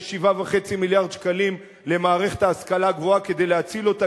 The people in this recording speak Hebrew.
יש 7.5 מיליארד שקלים למערכת ההשכלה הגבוהה כדי להציל אותה,